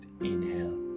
inhale